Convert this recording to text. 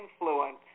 influence